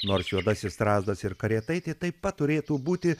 nors juodasis strazdas ir karietaitė taip pat turėtų būti